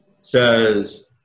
Says